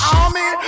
army